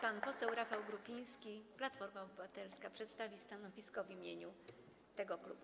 Pan poseł Rafał Grupiński, Platforma Obywatelska, przedstawi stanowisko w imieniu klubu.